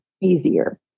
easier